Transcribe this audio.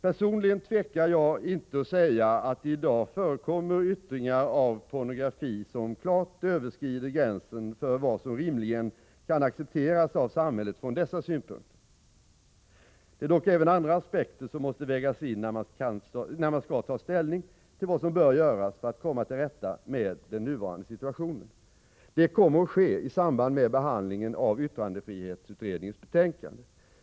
Personligen tvekar jag inte att säga att det i dag förekommer yttringar av pornografi som klart överskrider gränsen för vad som rimligen kan accepteras av samhället från dessa synpunkter. Det är dock även andra aspekter som måste vägas in när man skall ta ställning till vad som bör göras för att komma till rätta med den nuvarande situationen. Detta kommer att ske i samband med behandlingen av yttrandefrihetsutredningens betänkande.